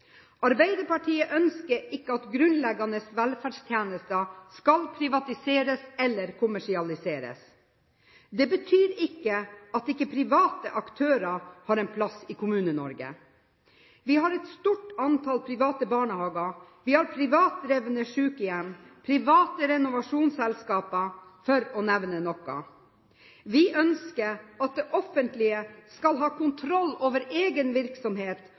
Arbeiderpartiet ønsker ikke at grunnleggende velferdstjenester skal privatiseres eller kommersialiseres. Det betyr ikke at ikke private aktører har en plass i Kommune-Norge. Vi har et stort antall private barnehager, vi har privatdrevne sykehjem og private renovasjonsselskaper, for å nevne noe. Vi ønsker at det offentlige skal ha kontroll over egen virksomhet,